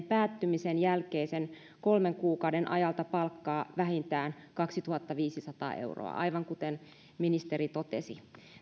päättymisen jälkeisen kolmen kuukauden ajalta palkkaa vähintään kaksituhattaviisisataa euroa aivan kuten ministeri totesi